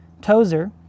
tozer